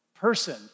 person